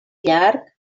llarg